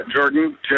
Jordan